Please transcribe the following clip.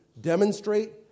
demonstrate